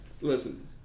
listen